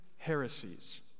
heresies